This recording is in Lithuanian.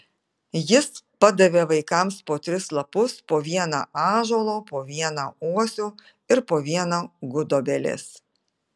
jis padavė vaikams po tris lapus po vieną ąžuolo po vieną uosio ir po vieną gudobelės